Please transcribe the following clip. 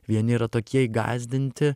vieni yra tokie įgąsdinti